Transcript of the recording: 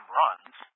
runs